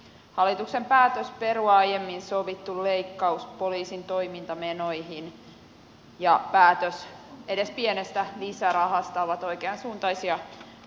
hallituksen päätös perua aiemmin sovittu leikkaus poliisin toimintamenoihin ja päätös edes pienestä lisärahasta ovat oikeansuuntaisia askelia